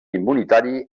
immunitari